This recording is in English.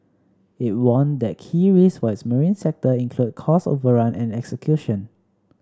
it warned that key risks for its marine sector include cost overrun and execution